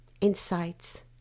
insights